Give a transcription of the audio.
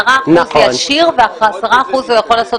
10 אחוזים ישיר ו-10 אחוזים הוא יכול לעשות